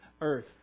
earth